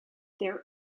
there